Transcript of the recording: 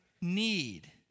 need